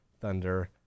Thunder